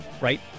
Right